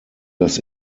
das